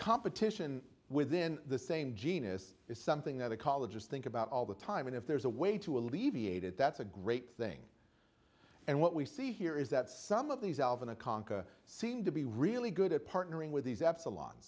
competition within the same genus is something that ecologist think about all the time and if there's a way to alleviate it that's a great thing and what we see here is that some of these alvin a conca seem to be really good at partnering with these epsilon